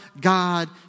God